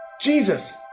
Jesus